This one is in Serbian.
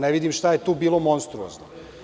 Ne vidim šta je tu bilo monstruozno.